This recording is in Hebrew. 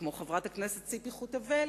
כמו חברת הכנסת ציפי חוטובלי,